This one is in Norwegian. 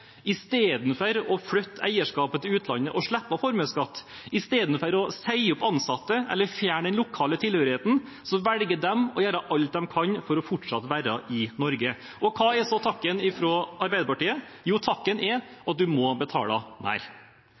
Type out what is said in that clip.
slippe formuesskatt, istedenfor å si opp ansatte eller fjerne den lokale tilhørigheten, velger de å gjøre alt de kan for fortsatt å være i Norge. Og hva er så takken fra Arbeiderpartiet? Jo, takken er at du må betale mer.